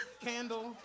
candle